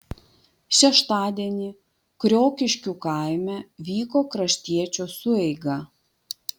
šeštadienį kriokiškių kaime vyko kraštiečių sueiga